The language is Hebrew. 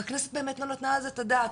והכנסת באמת לא נתנה על זה את הדעת,